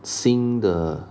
新的